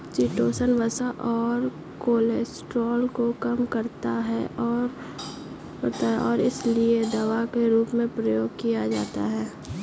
chitosan वसा और cholesterol को कम करता है और इसीलिए दवा के रूप में प्रयोग किया जाता है